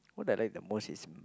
what I like the most is mm